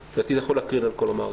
לדעתי זה יכול להקרין על כל המערכת.